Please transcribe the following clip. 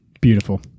Beautiful